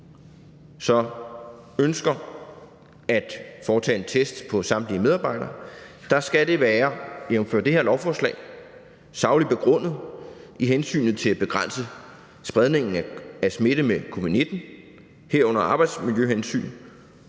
så ønsker at foretage en test på samtlige medarbejdere, skal det jævnfør det her lovforslag være sagligt begrundet i hensynet til at begrænse spredningen af smitte med covid-19, herunder i arbejdsmiljøhensyn